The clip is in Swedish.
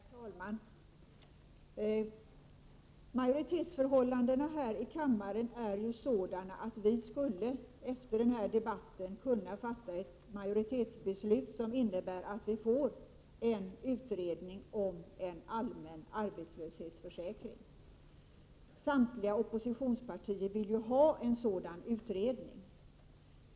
Herr talman! Majoritetsförhållandena här i kammaren är ju sådana att vi efter den här debatten skulle kunna fatta ett majoritetsbeslut som innebär att vi får en utredning om en allmän arbetslöshetsförsäkring; samtliga opposi 101 Prot. 1987/88:136 «tionspartier vill ju ha en sådan utredning.